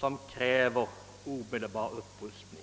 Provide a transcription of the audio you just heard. som kräver omedelbar upprustning.